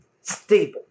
stable